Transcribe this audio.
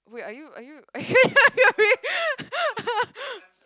wait are you are you are you